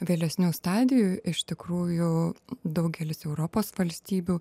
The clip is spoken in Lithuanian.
vėlesnių stadijų iš tikrųjų daugelis europos valstybių